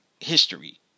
history